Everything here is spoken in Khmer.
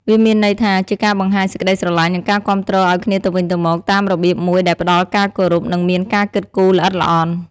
វាមានន័យថា ជាការបង្ហាញសេចក្ដីស្រឡាញ់ និងការគាំំទ្រឱ្យគ្នាទៅវិញទៅមកតាមរបៀបមួយដែលផ្ដល់ការគោរព និងមានការគិតគូរល្អិតល្អន់។